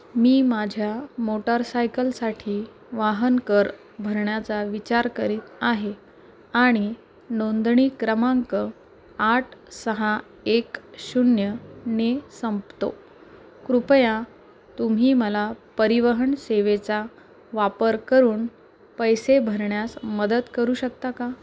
मी माझ्या मोटारसायकलसाठी वाहन कर भरण्याचा विचार करीत आहे आणि नोंदणी क्रमांक आठ सहा एक शून्यने संपतो कृपया तुम्ही मला परिवहन सेवेचा वापर करून पैसे भरण्यास मदत करू शकता का